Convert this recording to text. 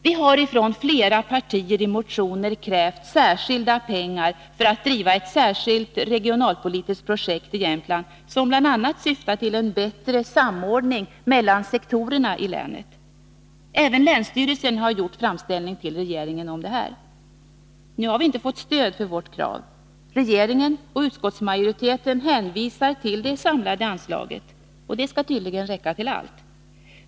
Vi har från flera partier i motioner krävt särskilda pengar för att driva ett särskilt regionalpolitiskt projekt i Jämtland, som bl.a. syftar till en bättre samordning mellan sektorerna i länet. Även länsstyrelsen har gjort en framställning till regeringen om detta. Nu har vi inte fått stöd för vårt krav. Regeringen och utskottsmajoriteten hänvisar till det samlade anslaget. Det skall tydligen räcka till allt!